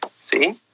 See